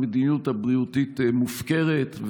המדיניות הבריאותית מופקרת,